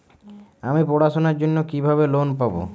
আমি পড়াশোনার জন্য কিভাবে লোন পাব?